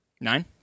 Nine